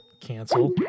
Cancel